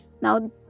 Now